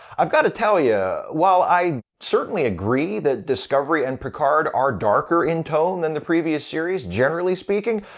i've gotta tell you, while i certainly agree that discovery and picard are darker in tone than the previous series, generally speaking,